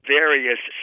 various